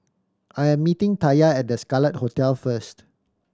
I am meeting Taya at The Scarlet Hotel first